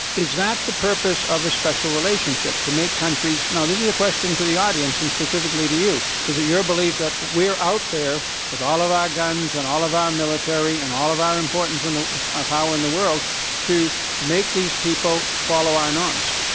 is that the purpose of a special relationship, to make countries now, this is a question to the audience, and specifically to you. is it your belief that we are out there with all of our guns and all of our military and all of our importance ah um power in the world to make these people follow our norms?